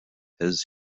his